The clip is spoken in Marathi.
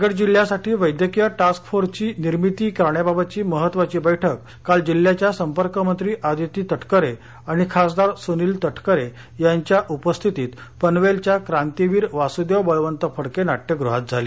रायगड जिल्ह्यासाठी वैद्यकीय टास्क फोर्सची निर्मिती करण्याबाबतची महत्वाची बैठक काल जिल्ह्याच्या संपर्कमंत्री आदिती तटकरे आणि खासदार सुनील तटकरे यांच्या उपस्थितीत पनवेलच्या क्रांतिवीर वासुदेव बळवत फडके नाट्यगृहात झाली